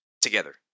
together